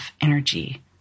energy